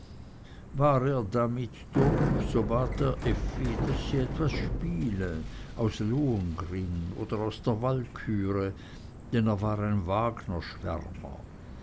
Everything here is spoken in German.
er damit durch so bat er effi daß sie was spiele aus lohengrin oder aus der walküre denn er war ein wagnerschwärmer